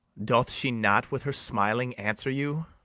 doth she not with her smiling answer you?